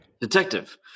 detective